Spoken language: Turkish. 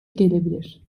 gelebilir